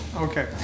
okay